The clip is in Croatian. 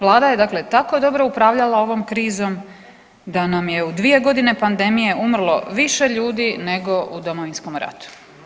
Vlada je dakle tako dobro upravljala ovom krizom da nam je u 2.g. pandemije umrlo više ljudi nego u Domovinskom ratu.